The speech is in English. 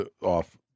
off